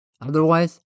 Otherwise